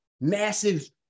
massive